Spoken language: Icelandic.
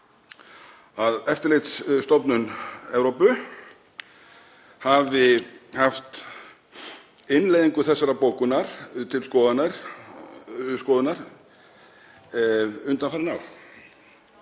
að Eftirlitsstofnun Evrópu hafi haft innleiðingu þessarar bókunar til skoðunar undanfarin ár.